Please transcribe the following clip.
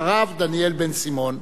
אחריו, דניאל בן-סימון,